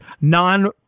non